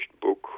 book